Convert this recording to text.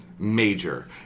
Major